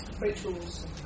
Rachel's